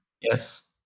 Yes